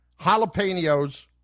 jalapenos